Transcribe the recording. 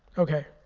ok.